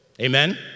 Amen